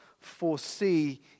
foresee